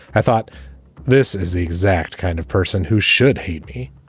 i thought this is the exact kind of person who should hate me.